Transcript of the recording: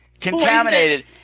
contaminated